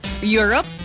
Europe